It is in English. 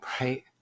Right